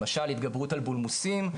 למשל התגברות על בולמוסים,